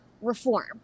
reform